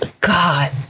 God